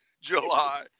July